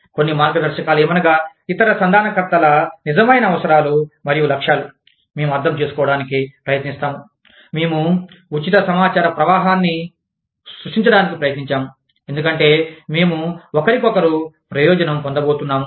కొన్ని మార్గదర్శకాలు ఏమనగా ఇతర సంధానకర్తల నిజమైన అవసరాలు మరియు లక్ష్యాలు మేము అర్థం చేసుకోవడానికి ప్రయత్నిస్తాము మేము ఉచిత సమాచార ప్రవాహాన్ని సృష్టించడానికి ప్రయత్నించాము ఎందుకంటే మేము ఒకరికొకరు ప్రయోజనం పొందబోతున్నాము